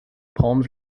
palms